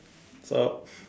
stop